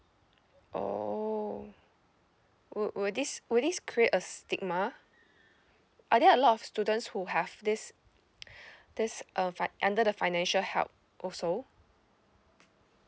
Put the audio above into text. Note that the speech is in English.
oh wi~ will this will this create a stigma are there a lot of students who have this this uh fi~ under the financial help also